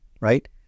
Right